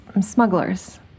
smugglers